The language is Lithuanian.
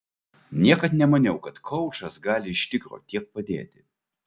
niekad nemaniau kad koučas gali iš tikro tiek padėti